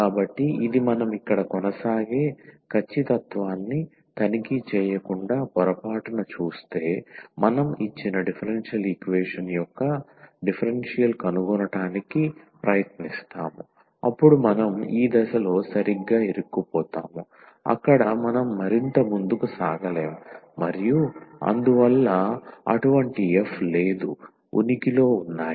కాబట్టి ఇది మనం ఇక్కడ కొనసాగే ఖచ్చితత్వాన్ని తనిఖీ చేయకుండా పొరపాటున చూస్తే మనం ఇచ్చిన డిఫరెన్షియల్ ఈక్వేషన్ యొక్క డిఫరెన్షియల్ ను కనుగొనటానికి ప్రయత్నిస్తాము అప్పుడు మనం ఈ దశలో సరిగ్గా ఇరుక్కుపోతాము అక్కడ మనం మరింత ముందుకు సాగలేము మరియు అందువల్ల అటువంటి f లేదు ఉనికిలో ఉన్నాయి